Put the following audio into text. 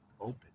open